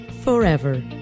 forever